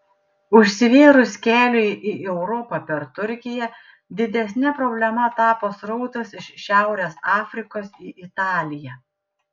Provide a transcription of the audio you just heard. užsivėrus keliui į europą per turkiją didesne problema tapo srautas iš šiaurės afrikos į italiją